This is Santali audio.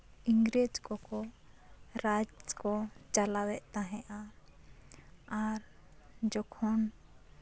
ᱤᱝᱨᱮᱡᱽ ᱠᱚᱠᱚ ᱨᱟᱡᱽ ᱠᱚ ᱪᱟᱞᱟᱣ ᱮᱫ ᱛᱟᱦᱮᱱᱟ ᱟᱨ ᱡᱚᱠᱷᱚᱱ